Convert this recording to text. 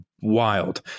wild